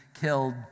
killed